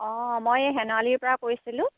অঁ মই এই সেনাৱলিৰ পৰা কৈছিলোঁ